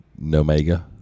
Nomega